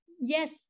yes